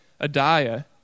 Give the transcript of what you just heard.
Adiah